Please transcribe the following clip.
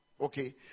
okay